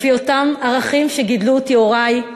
לפי אותם ערכים שעליהם גידלו אותי הורי,